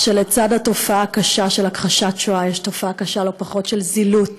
שלצד התופעה הקשה של הכחשת שואה יש תופעה קשה לא פחות של זילות